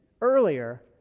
earlier